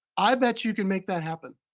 i bet you can make that happen,